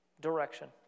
direction